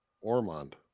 Ormond